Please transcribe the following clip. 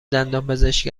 دندانپزشک